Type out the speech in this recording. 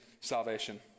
salvation